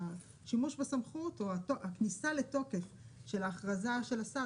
השימוש בסמכות או הכניסה לתוקף של ההכרזה של השר,